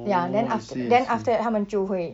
ya then af~ then after that 他们就会